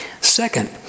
Second